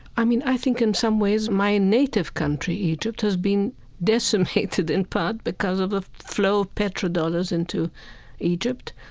i mean, i think, in some ways, my native country, egypt, has been decimated in part because of the flow of petrol dollars into egypt,